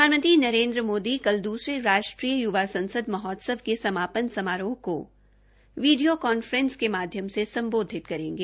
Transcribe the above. प्रधानमंत्री नरेन्द्र मोदी कल द्सरे राष्ट्रीय य्वा संसद महोत्सव के समापन समारोह को वीडियो कांफ्रेस के माध्यम से सम्बोधित करेंगे